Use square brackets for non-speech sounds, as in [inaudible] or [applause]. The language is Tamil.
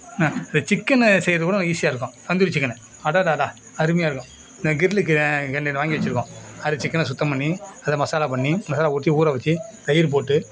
ஆ இந்த சிக்கனு செய்யுறது கூடும் ஈஸியாக இருக்கும் தந்தூரி சிக்கனு அடடடா அருமையாக இருக்கும் இந்த கிரில்லு [unintelligible] வாங்கி வெச்சுருக்கோம் அது சிக்கனை சுத்தம் பண்ணி அதை மசாலா பண்ணி மசாலா ஊற்றி ஊற வெச்சு தயிர் போட்டு